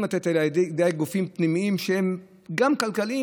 לתת אלא מגופים פנימיים שהם גם כלכליים,